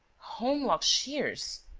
holmlock shears!